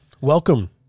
Welcome